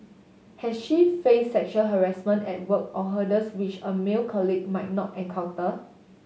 has she face sexual harassment at work or hurdles which a male colleague might not encounter